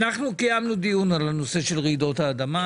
אנחנו קיימנו דיון על הנושא של רעידות האדמה,